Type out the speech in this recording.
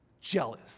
jealous